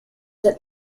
that